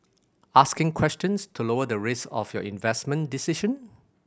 asking questions to lower the risk of your investment decision